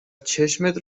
چشمت